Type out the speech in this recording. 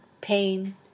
pain